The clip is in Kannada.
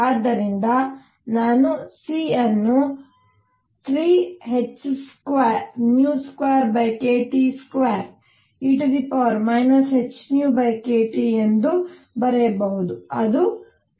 ಆದ್ದರಿಂದ ನಾನು C ಅನ್ನು 3h22kT2e hνkT ಎಂದು ಬರೆಯಬಹುದು ಮತ್ತು ಅದು 0